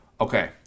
Okay